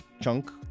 chunk